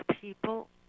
people